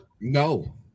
No